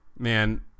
man